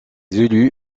élu